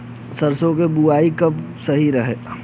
सरसों क बुवाई कब सही रहेला?